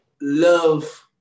love